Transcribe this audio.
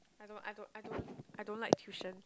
I don't I don't I don't I don't like tuition